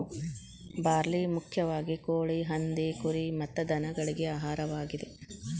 barley ಮುಖ್ಯವಾಗಿ ಕೋಳಿ, ಹಂದಿ, ಕುರಿ ಮತ್ತ ದನಗಳಿಗೆ ಆಹಾರವಾಗಿದೆ